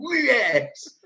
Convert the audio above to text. Yes